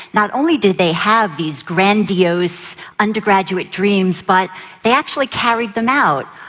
not only did they have these grandiose undergraduate dreams, but they actually carried them out,